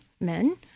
men